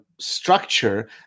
structure